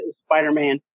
Spider-Man